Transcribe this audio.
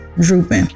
drooping